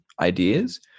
ideas